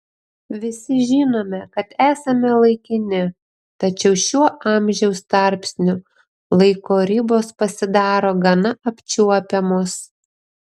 visi žinome kad esame laikini tačiau šiuo amžiaus tarpsniu laiko ribos pasidaro gana apčiuopiamos